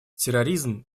терроризм